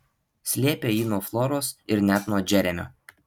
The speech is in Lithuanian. slėpė jį nuo floros ir net nuo džeremio